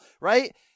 Right